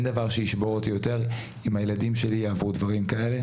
דבר שישבור אותי אם הילדים שלי יעברו דברים כאלה.